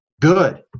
Good